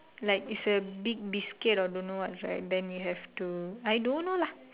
like is a big biscuit or don't know what right then you have to I don't know lah